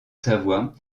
savoie